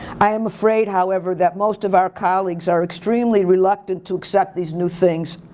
i am afraid however that most of our colleagues are extremely reluctant to accept these new things.